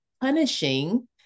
punishing